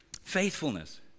Faithfulness